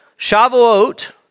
Shavuot